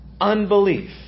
unbelief